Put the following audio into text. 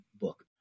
book